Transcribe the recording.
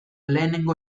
lehenengo